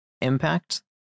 impact